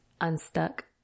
unstuck